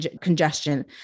Congestion